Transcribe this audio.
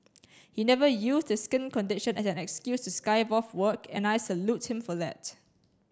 he never used his skin condition as an excuse to skive off work and I salute him for that